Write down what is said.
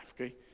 okay